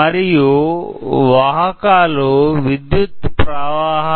మరియు వాహకాలు విద్యుత్తు ప్రవాహాన్ని వ్యతిరేకించవు